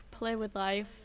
#PlayWithLife